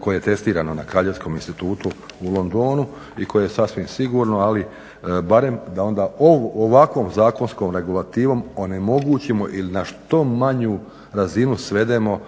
koje je testirano na Kraljevskom institutu u Londonu i koje je sasvim sigurno ali barem da onda ovakvom zakonskom regulativom onemogućimo ili na što manju razinu svedemo